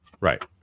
Right